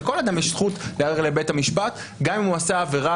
לכול אדם יש זכות לערער לבית המשפט גם אם הוא עשה עבירה